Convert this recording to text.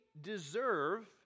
deserve